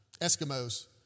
Eskimos